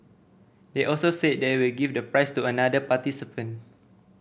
they also said they will give the prize to another participant